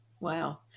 Wow